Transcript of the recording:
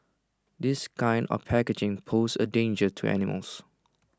this kind of packaging pose A danger to animals